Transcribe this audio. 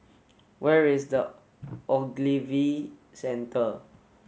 where is the Ogilvy Centre